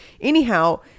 anyhow